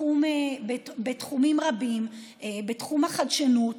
בתחום החדשנות,